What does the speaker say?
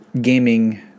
gaming